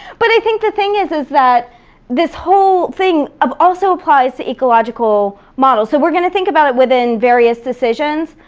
but i think the thing is is that this whole thing also applies to ecological models. so we're gonna think about it within various decisions,